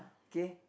K